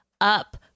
up